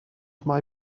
mae